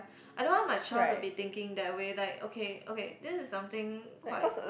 I don't want my child to be thinking that way like okay okay this is something quite